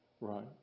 right